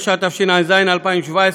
התשע"ז 2017,